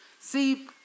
See